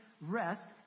rest